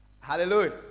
Hallelujah